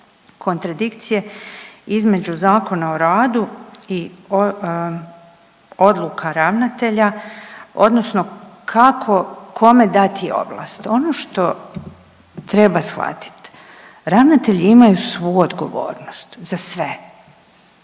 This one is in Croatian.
kontradikcije između Zakona o radu i odluka ravnatelja odnosno kako kome dati ovlast. Ono što treba shvatiti ravnatelji imaju svu odgovornost za sve